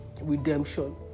redemption